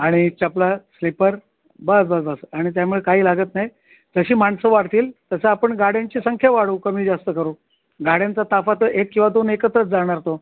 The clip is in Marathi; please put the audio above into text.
आणि चपला स्लीपर बस बस बस आणि त्यामुळे काही लागत नाही तशी माणसं वाढतील तसं आपण गाड्यांची संख्या वाढू कमी जास्त करू गाड्यांचा ताफा तर एक किंवा दोन एकत्रच जाणार तो